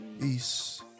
Peace